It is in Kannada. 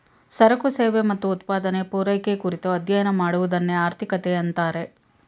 ಸರಕು ಸೇವೆ ಮತ್ತು ಉತ್ಪಾದನೆ, ಪೂರೈಕೆ ಕುರಿತು ಅಧ್ಯಯನ ಮಾಡುವದನ್ನೆ ಆರ್ಥಿಕತೆ ಅಂತಾರೆ